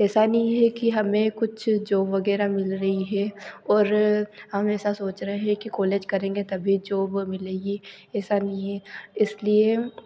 ऐसा नहीं है कि हमें कुछ जॉब वगैरह मिल रही है और हम ऐसा सोच रहे हैं कि कॉलेज करेंगे तभी जॉब मिलेगी ऐसा नहीं है इसलिए